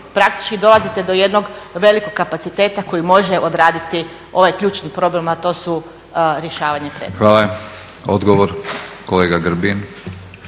praktički dolazite do jednog velikog kapaciteta koji može odraditi ovaj ključni problem a to su rješavanje predmeta. **Batinić, Milorad (HNS)** Hvala. Odgovor kolega Grbin.